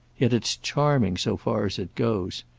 yet it's charming so far as it goes.